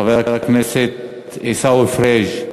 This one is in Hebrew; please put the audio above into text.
חבר הכנסת עיסאווי פריג'